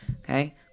okay